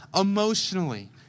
emotionally